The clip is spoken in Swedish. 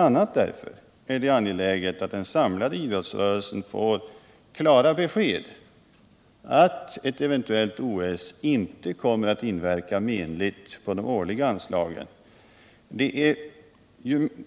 a. därför är det angeläget att den samlade idrottsrörelsen får klara besked och garantier för att ett eventuellt OS inte kommer att inverka menligt på de årliga anslagen. Det